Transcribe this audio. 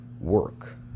work